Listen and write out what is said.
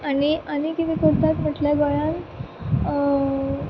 आनी आनी कितें करतात म्हटल्यार गोंयांत